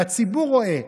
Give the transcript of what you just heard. והציבור רואה,